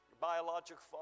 biological